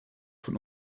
von